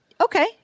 Okay